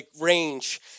range